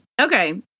Okay